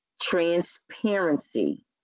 Transparency